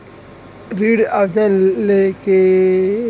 ऋण आवेदन ले के का का प्रक्रिया ह होथे?